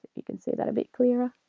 you can see that a bit clearer